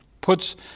puts